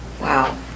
Wow